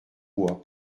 bois